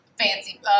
Fancy